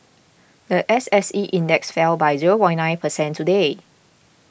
the S S E index fell by zero nine percent today